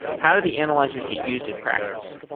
how do the analyzers get used in practice?